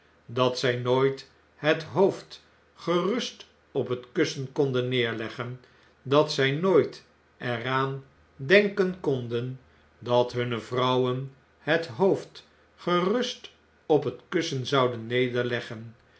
dat zij nooit het hoofd gerust op het kussen konden nederleggen dat zij nooit er aan denken konden dat hunne vrouwen het hoofd gerust op het kussen zouden nederleggen